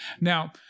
Now